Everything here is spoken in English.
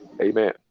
Amen